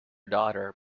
daughter